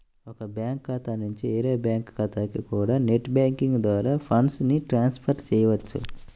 ఒక బ్యాంకు ఖాతా నుంచి వేరే బ్యాంకు ఖాతాకి కూడా నెట్ బ్యాంకింగ్ ద్వారా ఫండ్స్ ని ట్రాన్స్ ఫర్ చెయ్యొచ్చు